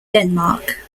denmark